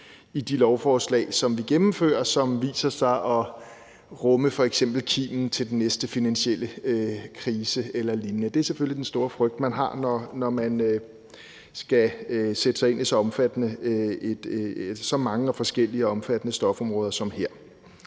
i de lovforslag, som vi gennemfører, som viser sig at rumme f.eks. kimen til den næste finansielle krise eller lignende? Det er selvfølgelig den store frygt, man har, når man skal sætte sig ind i så mange og forskellige og omfattende stofområder som her.